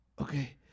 Okay